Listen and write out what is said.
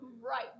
right